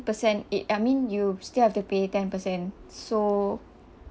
percent it I mean you still have to pay ten percent so